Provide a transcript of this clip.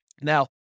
Now